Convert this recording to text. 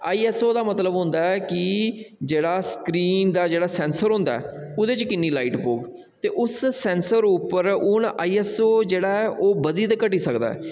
ISO दा मतलब होंदा ऐ कि जेह्ड़ा स्क्रीन दा जेह्ड़ा सैंसर होंदा ऐ ओह्दे च किन्नी लाईट पौह्ग ते उस सैंसर उप्पर ओह् ना आईएसओ ऐ जेह्ड़ा ओह् बधी ते घटी सकदा ऐ